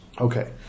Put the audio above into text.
Okay